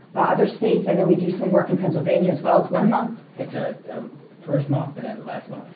other states, i know we do some work in pennsylvania as well, it's one month. it's ah first month, and then last month.